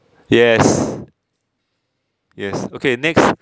yes yes okay next